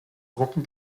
drucken